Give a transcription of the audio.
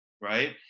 right